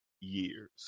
years